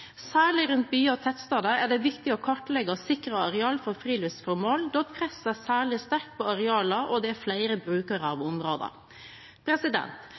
Særlig rundt byer og tettsteder er det viktig å kartlegge og sikre arealer for friluftsformål, da presset er særlig sterkt på arealene og det er flere brukere av